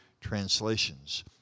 translations